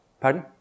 Pardon